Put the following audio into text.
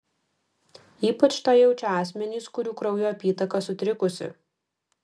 ypač tą jaučia asmenys kurių kraujo apytaka sutrikusi